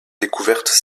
découverte